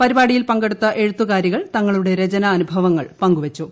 പരിപാടിയിൽ പങ്കെടുത്ത എഴുത്തുകാരികൾ തിങ്ങ്ളുടെ രചനാ അനുഭവങ്ങൾ പങ്കുവച്ചു